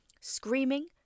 screaming